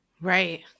Right